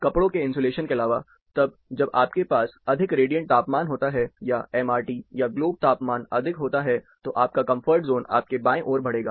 कपड़ों के इन्सुलेशन के अलावा तब जब आपके पास अधिक रेडिएंट तापमान होता है या एमआरटी या ग्लोब तापमान अधिक हो रहा होता है तब आपका कम्फर्ट ज़ोन आपके बाएं ओर बढ़ेगा